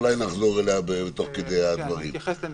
אולי נחזור אליה תוך כדי הדברים.